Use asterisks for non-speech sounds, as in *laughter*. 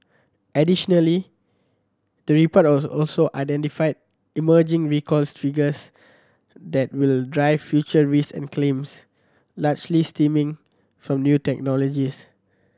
additionally the report *unintelligible* also identified emerging recall triggers that will drive future risk and claims largely stemming from new technologies